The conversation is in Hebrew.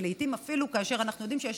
ולעיתים אפילו כאשר אנחנו יודעים שיש